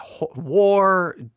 war